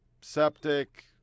septic